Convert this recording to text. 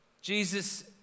Jesus